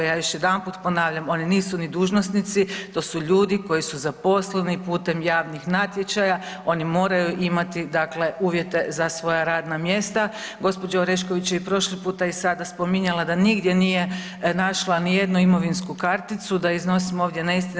Ja još jedanput ponavljam, oni nisu ni dužnosnici, to su ljudi koji su zaposleni putem javnih natječaja, oni moraju imati dakle uvjete za svoja radna mjesta. gđa. Orešković je i prošli puta i sada spominjala da nigdje nije našla nijednu imovinsku karticu da iznosimo ovdje neistine.